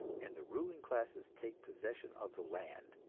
and the ruling classes take possession of the land.